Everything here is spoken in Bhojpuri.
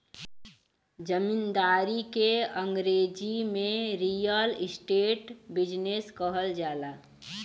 जमींदारी के अंगरेजी में रीअल इस्टेट बिजनेस कहल जाला